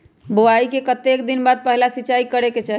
बोआई के कतेक दिन बाद पहिला सिंचाई करे के चाही?